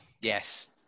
yes